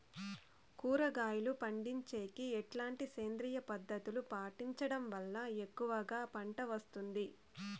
కూరగాయలు పండించేకి ఎట్లాంటి సేంద్రియ పద్ధతులు పాటించడం వల్ల ఎక్కువగా పంట వస్తుంది?